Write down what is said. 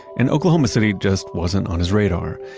and oklahoma city just wasn't on his radar.